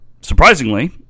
Surprisingly